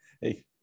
hey